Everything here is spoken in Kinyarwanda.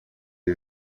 iri